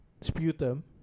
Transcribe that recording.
sputum